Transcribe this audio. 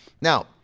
Now